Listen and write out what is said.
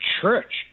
church